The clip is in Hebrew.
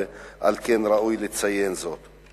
ועל כן ראוי לציין זאת.